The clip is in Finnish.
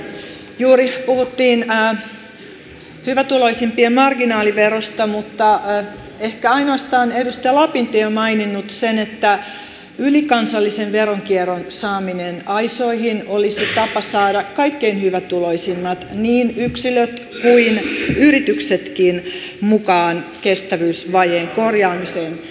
tässä juuri puhuttiin hyvätuloisimpien marginaaliverosta mutta ehkä ainoastaan edustaja lapintie on maininnut sen että ylikansallisen veronkierron saaminen aisoihin olisi tapa saada kaikkein hyvätuloisimmat niin yksilöt kuin yrityksetkin mukaan kestävyysvajeen korjaamiseen